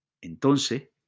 entonces